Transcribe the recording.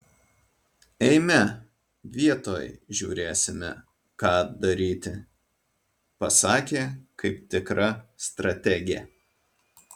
eime vietoj žiūrėsime ką daryti pasakė kaip tikra strategė